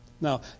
Now